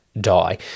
die